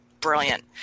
brilliant